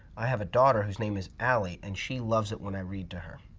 i have a daughter whose name is allie and she loves it when i read to her,